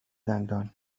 دندان